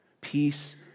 Peace